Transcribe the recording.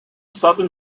southern